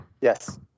Yes